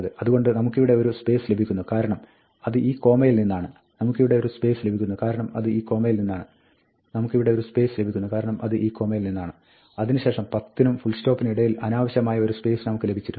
അതുകൊണ്ട് നമുക്കിവിടെ ഒരു സ്പേസ് ലഭിക്കുന്നു കാരണം അത് ഈ കോമയിൽ നിന്നാണ് നമുക്കിവിടെ ഒരു സ്പേസ് ലഭിക്കുന്നു കാരണം അത് ഈ കോമയിൽ നിന്നാണ് നമുക്കിവിടെ ഒരു സ്പേസ് ലഭിക്കുന്നു കാരണം അത് ഈ കോമയിൽ നിന്നാണ് അതിന് ശേഷം 10 നും ഫുൾസ്റ്റോപ്പിനും ഇടയിൽ അനാവശ്യമായ ഒരു സ്പേസ് നമുക്ക് ലഭിച്ചിട്ടുണ്ട്